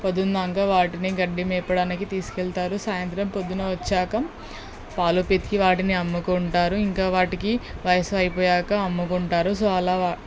పొద్దున్న దాంతో వాటిని గడ్డి వేపడానికి తీసుకెళ్తారు సాయంత్రం పొద్దున వచ్చాక పాలు పితికి వాటిని అమ్ముకుంటారు ఇంకా వాటికి వయసు అయిపోయాక అమ్ముకుంటారు సో అల వా